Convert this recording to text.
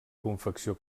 confecció